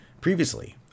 Previously